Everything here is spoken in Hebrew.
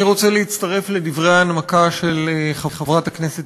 אני רוצה להצטרף לדברי ההנמקה של חברת הכנסת